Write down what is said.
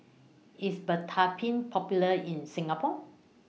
IS Betadine Popular in Singapore